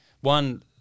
one